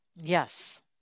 Yes